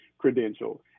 credential